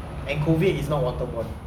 and COVID is not waterborne